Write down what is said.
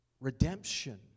redemption